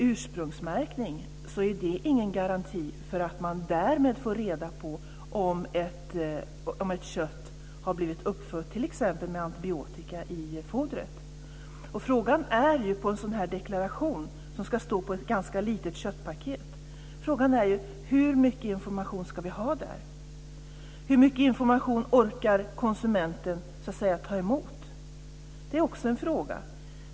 Ursprungsmärkning är ingen garanti för att man får reda på om ett djur har blivit uppfött med t.ex. antibiotika i fodret. Frågan är ju hur mycket information vi ska ha i en deklaration som ska stå på ett ganska litet köttpaket. Hur mycket information orkar konsumenten ta emot? Det är också en fråga.